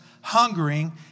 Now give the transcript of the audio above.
hungering